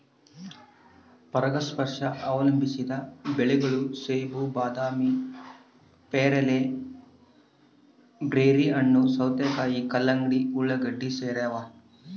ಪರಾಗಸ್ಪರ್ಶ ಅವಲಂಬಿಸಿದ ಬೆಳೆಗಳು ಸೇಬು ಬಾದಾಮಿ ಪೇರಲೆ ಬೆರ್ರಿಹಣ್ಣು ಸೌತೆಕಾಯಿ ಕಲ್ಲಂಗಡಿ ಉಳ್ಳಾಗಡ್ಡಿ ಸೇರವ